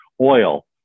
oil